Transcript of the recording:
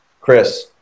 Chris